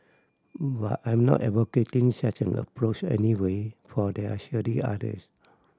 but I'm not advocating such an approach anyway for there are surely others